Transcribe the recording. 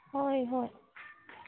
ꯍꯣꯏ ꯍꯣꯏ